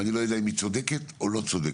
אני לא יודע אם היא צודקת או לא צודקת.